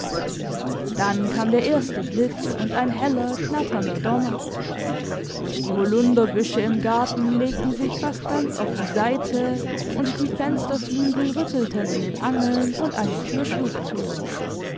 dann kam der erste blitz und ein heller knatternder donner und die holunderbüsche im garten legten sich fast ganz auf die seite und die fensterflügel rüttelten in den angeln und eine tür schlug zu